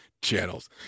channels